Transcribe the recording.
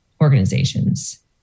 organizations